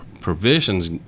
provisions